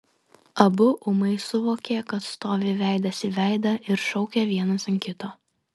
abu ūmai suvokė kad stovi veidas į veidą ir šaukia vienas ant kito